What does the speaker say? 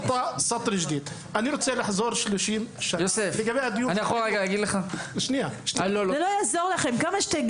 אני רוצה לחזור 30 שנה אחורה --- זה לא יקרה.